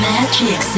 Magic